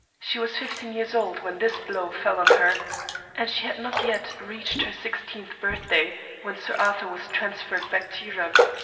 she was fifteen years old when this blow fell on her and she had not yet reached her sixteenth birthday when sir arthur was transferred back to europe.